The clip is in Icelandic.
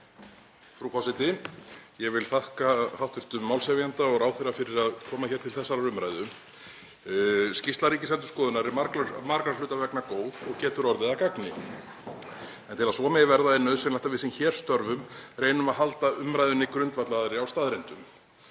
Frú forseti. Ég vil þakka hv. málshefjanda og ráðherra fyrir að koma hér til þessarar umræðu. Skýrsla Ríkisendurskoðunar er margra hluta vegna góð og getur orðið að gagni. En til að svo megi verða er nauðsynlegt að við sem hér störfum reynum að halda umræðunni grundvallaðri á staðreyndum.